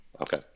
okay